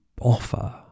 offer